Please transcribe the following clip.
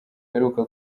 aheruka